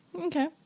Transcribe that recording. Okay